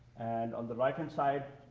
and on the right and side,